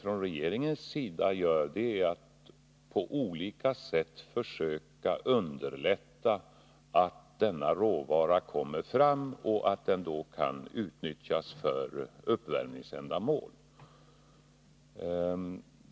Regeringen försöker på olika sätt underlätta möjligheterna att ta till vara detta överskott för uppvärmningsändamål.